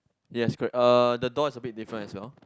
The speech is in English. yes correct uh the door is a bit different as well